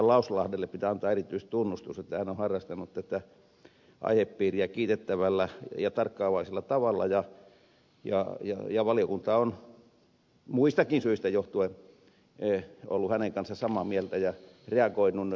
lauslahdelle pitää antaa erityistunnustus että hän on harrastanut tätä aihepiiriä kiitettävällä ja tarkkaavaisella tavalla ja valiokunta on muistakin syistä johtuen ollut hänen kanssaan samaa mieltä ja reagoinut